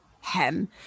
hem